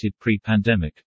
pre-pandemic